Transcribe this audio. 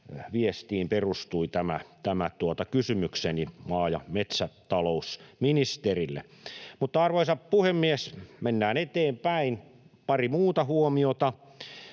viestiin perustui kysymykseni maa- ja metsätalousministerille. Arvoisa puhemies! Mennään eteenpäin. Pari muuta huomiota: